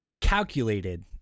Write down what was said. calculated